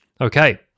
Okay